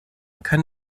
kann